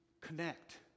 connect